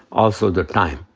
also the time.